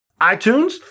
iTunes